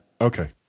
Okay